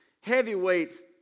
Heavyweights